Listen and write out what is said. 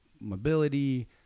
mobility